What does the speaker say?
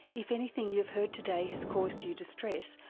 if anything you've heard today has caused you distress,